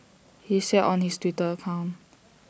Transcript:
he said on his Twitter account